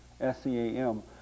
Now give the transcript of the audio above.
S-C-A-M